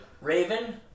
Raven